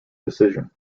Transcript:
decision